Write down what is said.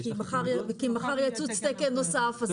כי מחר יצוץ תקן נוסף.